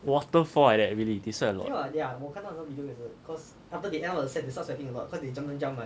waterfall like that really they sweat a lot